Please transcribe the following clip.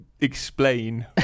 Explain